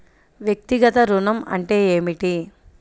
వ్యక్తిగత ఋణం అంటే ఏమిటి?